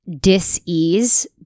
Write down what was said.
dis-ease